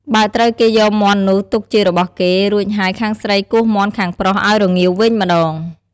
បើត្រូវគេយកមាន់នោះទុកជារបស់គេ រួចហើយខាងស្រីគោះមាន់ខាងប្រុសឱ្យរងាវវិញម្តង ។